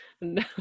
No